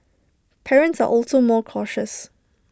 parents are also more cautious